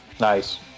Nice